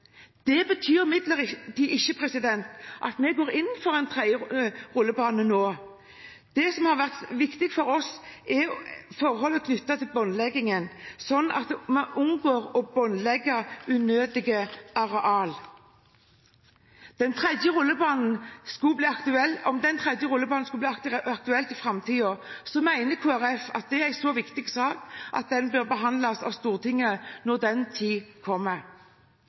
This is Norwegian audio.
Det betyr imidlertid ikke at vi går inn for en tredje rullebane nå. Det som har vært viktig for oss, er forhold knyttet til båndleggingen, slik at en unngår å båndlegge unødige arealer. Om en tredje rullebane skulle bli aktuell i framtiden, mener Kristelig Folkeparti at det er en så viktig sak at den bør behandles av Stortinget når den tid kommer.